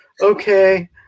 Okay